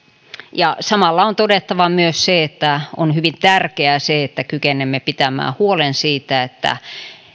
samalla on todettava myös se että on hyvin tärkeää se että kykenemme pitämään huolen siitä että